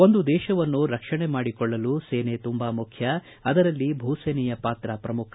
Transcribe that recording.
ಒಂದು ದೇಶವನ್ನು ರಕ್ಷಣೆ ಮಾಡಿಕೊಳ್ಳಲು ಸೇನೆ ತುಂಬಾ ಮುಖ್ಯ ಅದರಲ್ಲಿ ಭೂ ಸೇನೆಯ ಪಾತ್ರ ಪ್ರಮುಖ